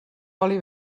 oli